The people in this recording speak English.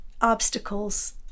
obstacles